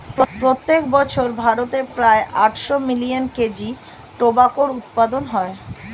প্রত্যেক বছর ভারতে প্রায় আটশো মিলিয়ন কেজি টোবাকোর উৎপাদন হয়